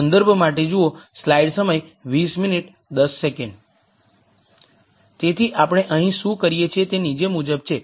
તેથી આપણે અહીં શું કરીએ તે નીચે મુજબ છે